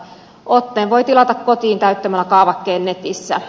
otteen voi tilata kotiin täyttämällä kaavakkeen netissä